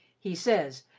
he ses,